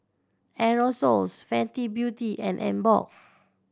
Aerosoles Fenty Beauty and Emborg